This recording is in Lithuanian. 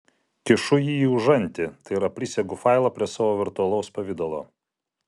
kišu jį į užantį tai yra prisegu failą prie savo virtualaus pavidalo